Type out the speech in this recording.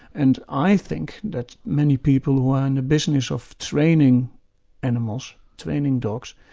and i think that many people who are in the business of training animals, training dogs,